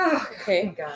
Okay